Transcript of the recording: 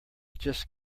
just